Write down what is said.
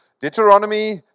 Deuteronomy